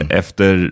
efter